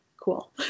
cool